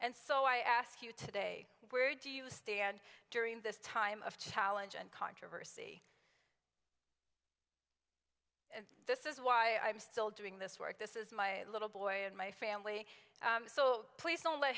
and so i ask you today where do you stand during this time of challenge and controversy and this is why i'm still doing this work this is my little boy and my family so please don't let